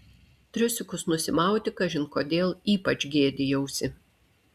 triusikus nusimauti kažin kodėl ypač gėdijausi